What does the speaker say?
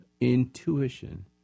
intuition